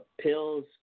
pills